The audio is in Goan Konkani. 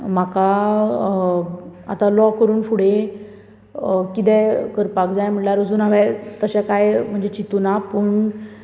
म्हाका आतां लॉ करून फुडें कितें करपाक जाय म्हणळ्यार अजून हांवें तशें म्हणजे चितुना पूण